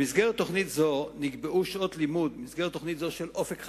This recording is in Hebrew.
במסגרת תוכנית זו של "אופק חדש"